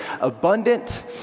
abundant